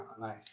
Nice